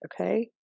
okay